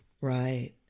right